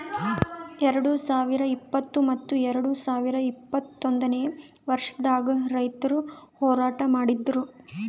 ಎರಡು ಸಾವಿರ ಇಪ್ಪತ್ತು ಮತ್ತ ಎರಡು ಸಾವಿರ ಇಪ್ಪತ್ತೊಂದನೇ ವರ್ಷದಾಗ್ ರೈತುರ್ ಹೋರಾಟ ಮಾಡಿದ್ದರು